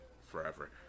Forever